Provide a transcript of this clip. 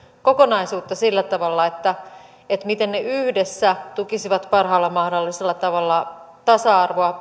kokonaisuutta sillä tavalla miten ne yhdessä tukisivat parhaalla mahdollisella tavalla tasa arvoa